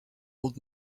old